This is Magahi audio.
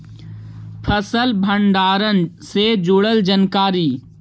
फसल भंडारन से जुड़ल जानकारी?